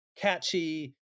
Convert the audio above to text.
catchy